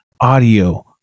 audio